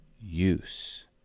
use